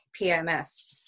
PMS